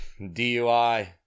dui